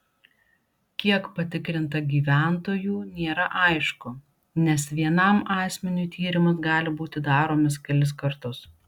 kiek patikrinta gyventojų nėra aišku nes vienam asmeniui tyrimas gali būti daromas kelis kartus